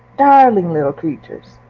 darling little creatures.